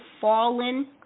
fallen